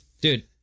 Dude